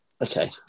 Okay